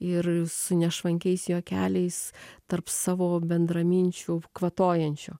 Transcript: ir su nešvankiais juokeliais tarp savo bendraminčių kvatojančiu